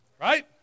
Right